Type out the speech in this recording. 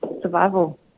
survival